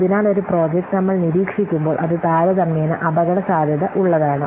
അതിനാൽ ഒരു പ്രോജക്റ്റ് നമ്മൾ നിരീക്ഷിക്കുമ്പോൾ അത് താരതമ്യേന അപകട സാധ്യതയുള്ളതാണ്